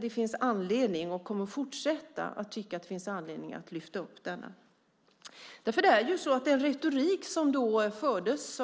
Det finns anledning, och jag kommer att fortsätta att tycka att det finns anledning, att lyfta fram denna rapport. Den retorik som fördes